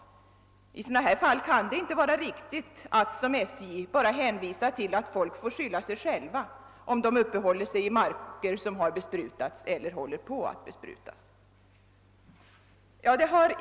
I sådana här fall kan det inte vara riktigt att som SJ bara hänvisa till att människor får skylla sig själva om de uppehåller sig i marker som har besprutats eller håller på att besprutas.